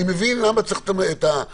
אני מבין למה צריך את המחיצות,